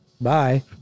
Bye